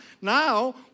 now